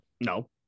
No